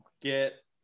get